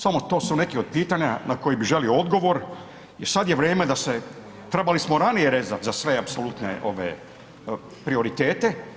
Samo to su neki od pitanja na koji bi želio odgovor jel sad je vrijeme da se, trebali smo ranije rezat za sve apsolutne ove prioritete.